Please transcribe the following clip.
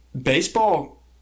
baseball